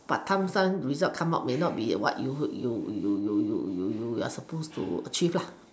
but time some result come out may not be what you you you you are supposed to achieve